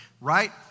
right